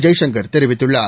ஜெய்சங்கர் தெரிவித்துள்ளார்